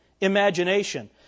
imagination